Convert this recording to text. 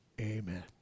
amen